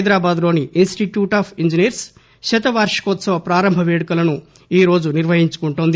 హైదరాబాద్ లోని institute of engineers శతవార్షికోత్సవ పారంభ వేడుకలను ఈరోజు నిర్వహించుకుంటోంది